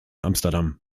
amsterdam